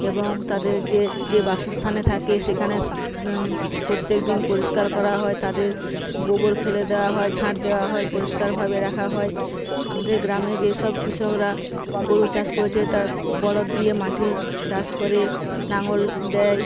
এবং তাদের যে যে বাসস্থানে থাকে সেখানে প্রত্যেক দিন পরিষ্কার করা হয় তাদের গোবর ফেলে দেওয়া হয় ঝাঁট দেওয়া হয় পরিষ্কারভাবে রাখা হয় আমাদের গ্রামে যে সব কৃষকরা গোরু চাষ করেছে তারা বলদ দিয়ে মাঠে চাষ করে লাঙল দেয়